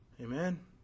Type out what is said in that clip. Amen